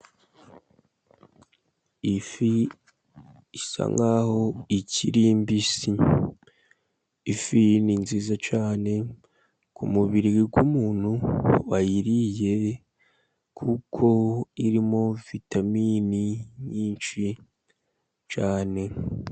Ifi isa nk'aho ikiri mbisi, ifi ni nziza cyane ku mubiri w'umuntu wayiriye, kuko irimo vitaminini nyinshi cyane.